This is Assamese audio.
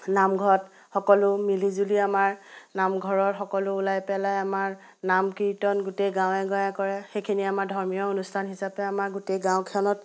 নামঘৰত সকলোৱে মিলি জুলি আমাৰ নামঘৰৰ সকলো ওলাই পেলাই আমাৰ নাম কীৰ্তন গোটেই গাঁৱে গাঁৱে কৰে সেইখিনি আমাৰ ধৰ্মীয় অনুষ্ঠান হিচাপে আমাৰ গোটেই গাঁওখনত